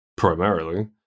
Primarily